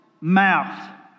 mouth